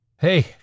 Hey